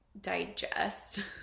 digest